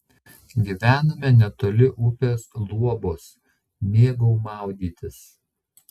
gyvenome netoli upės luobos mėgau maudytis